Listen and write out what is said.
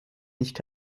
nicht